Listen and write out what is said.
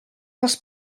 les